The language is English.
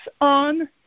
on